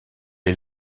les